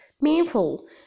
meaningful